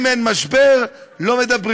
אם אין משבר, לא מדברים,